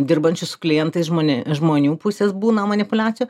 dirbančių su klientais žmonė žmonių pusės būna manipuliacijų